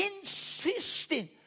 insisting